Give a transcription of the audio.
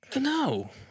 No